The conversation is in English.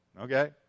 Okay